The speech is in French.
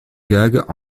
gags